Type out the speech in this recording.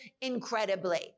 incredibly